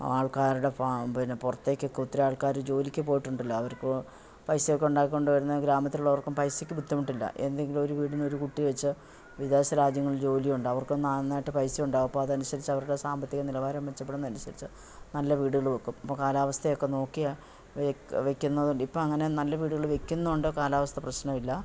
ആൾക്കാരുടെ പിന്നെ പുറത്തേയ്ക്കൊക്കെ ഒത്തിരിയാൾക്കാർ ജോലിക്ക് പോയിട്ടുണ്ടല്ലോ അവർക്ക് പൈസയൊക്കെയുണ്ടാക്കിക്കൊണ്ടുവരുന്ന ഗ്രാമത്തിലുള്ളവർക്കും പൈസക്ക് ബുദ്ധിമുട്ടില്ല എന്തെങ്കിലൊരു വീടിനൊരു കുട്ടി വെച്ച് വിദേശ രാജ്യങ്ങളിൽ ജോലിയുണ്ടവർക്ക് നന്നായിട്ട് പൈസയുണ്ടാവും അപ്പം അതനുസരിച്ച് അവരുടെ സാമ്പത്തിക നിലവാരം മെച്ചപ്പെടുന്നതിനനുസരിച്ച് നല്ല വീടുകൾ വെക്കും ഇപ്പം കാലാവസ്ഥയൊക്കെ നോക്കിയാണ് വയ്ക്കുന്നതുകൊണ്ട് ഇപ്പം അങ്ങനെ നല്ല വീടുകൾ വയ്ക്കുന്നതുകൊണ്ട് കാലാവസ്ഥ പ്രശ്നം ഇല്ല